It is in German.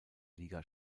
liga